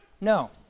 No